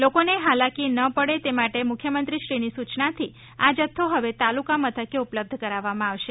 લોકોને હાલાકી ન પડે તે માટે મુખ્યમંત્રીની સુચનાથી આ જથ્થો હવે તાલુકા મથકે ઉપલબ્ધ કરાવવામાં આવશે